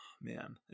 Man